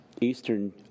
Eastern